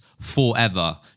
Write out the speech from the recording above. forever